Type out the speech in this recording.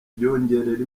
byongerera